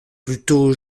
plutôt